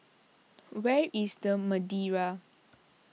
where is the Madeira